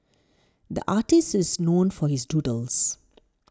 the artist is known for his doodles